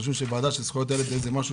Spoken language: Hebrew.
חושבים שוועדה של זכויות הילד זה איזה משהו